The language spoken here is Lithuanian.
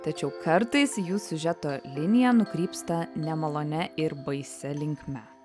tačiau kartais jų siužeto linija nukrypsta nemalonia ir baisia linkme